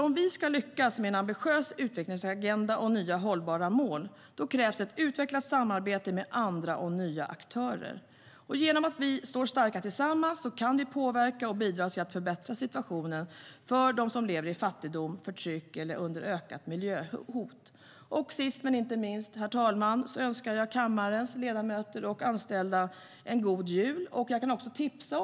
Om vi ska lyckas med en ambitiös utvecklingsagenda och nya hållbara mål krävs ett utvecklat samarbete med andra och nya aktörer. Sist men inte minst, herr talman, önskar jag kammarens ledamöter och anställda en god jul.